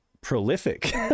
prolific